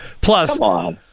Plus